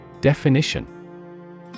Definition